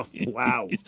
Wow